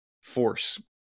force